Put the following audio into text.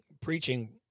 preaching